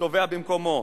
טובע במקומם.